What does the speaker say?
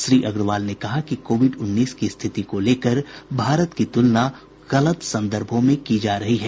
श्री अग्रवाल ने कहा कि कोविड उन्नीस की स्थिति को लेकर भारत की तुलना गलत संदर्भों में की जा रही है